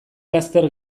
laster